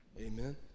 Amen